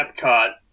Epcot